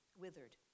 withered